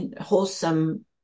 wholesome